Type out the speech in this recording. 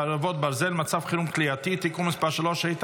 חרבות ברזל) (מצב חירום כליאתי) (תיקון מס' 3),